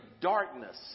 darkness